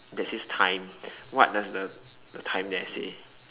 that says time what does the the time there say